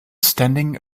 standing